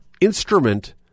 instrument